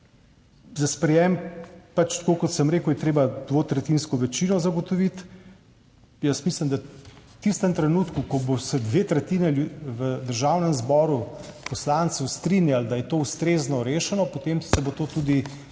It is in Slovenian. za sprejem, pač tako kot sem rekel, je treba dvotretjinsko večino zagotoviti. Jaz mislim, da v tistem trenutku, ko se bo dve tretjini poslancev v Državnem zboru strinjalo, da je to ustrezna rešeno, potem se bo to tudi